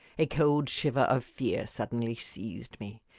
a cold shiver of fear suddenly seized me.